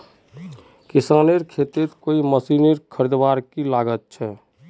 किसानेर केते कोई मशीन खरीदवार की लागत छे?